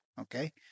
Okay